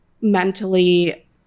mentally